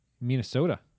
Minnesota